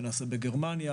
נעשה בגרמניה,